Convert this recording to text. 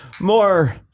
more